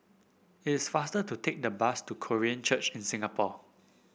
it is faster to take the bus to Korean Church in Singapore